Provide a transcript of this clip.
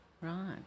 Right